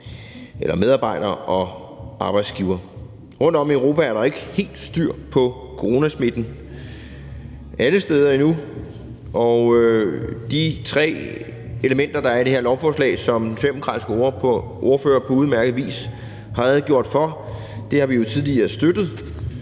både medarbejdere og arbejdsgivere. Rundtom i Europa er der jo ikke alle steder helt styr på coronasmitten endnu. De tre elementer, der er i det her lovforslag, som den socialdemokratiske ordfører på udmærket vis har redegjort for, har vi jo tidligere støttet,